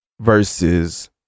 versus